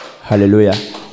hallelujah